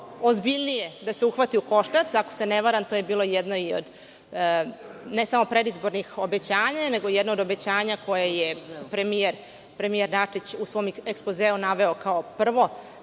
ozbiljnije da se uhvati u koštac, ako se ne varam to je bilo i jedno od predizbornih obećanja, nego i jedno od obećanja koje je premijer Dačić u svom ekspozeu naveo kao prvo